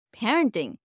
parenting